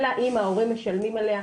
אלא אם ההורים משלמים עליה.